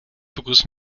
begrüßen